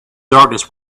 darkness